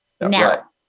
now